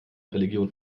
religion